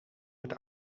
met